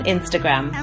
Instagram